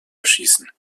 erschießen